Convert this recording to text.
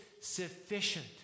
sufficient